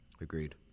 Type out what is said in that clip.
Agreed